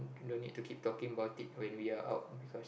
don't need to keep talking about it when we are out because